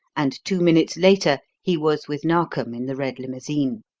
and two minutes later he was with narkom in the red limousine.